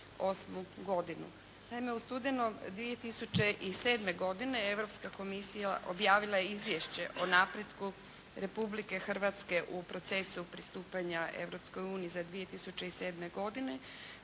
Naime, u studenom 2007. godine Europska Komisija objavila je izvješće o napretku Republike Hrvatske u procesu pristupanja Europskoj uniji za 2007. godine